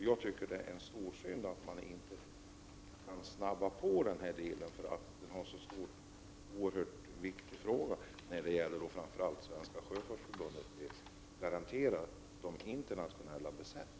Jag tycker att det är mycket synd att man inte kan påskynda arbetet i denna fråga. Det är ju, framför allt beträffande Svenska sjöfolksförbundet, oerhört viktigt att kunna garantera villkoren för de internationella besättningarna.